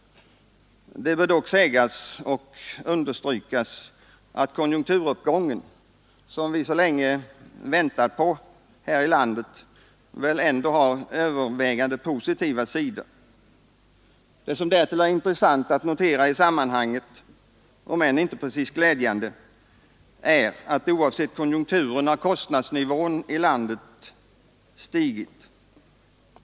Det bör dock understrykas att konjunkturuppgången, som vi så länge väntat på här i landet, väl ändå har övervägande positiva sidor. Det som därtill är intressant att notera i sammanhanget — om än inte precis glädjande — är att oavsett konjunkturen har kostnadsnivån i landet stigit.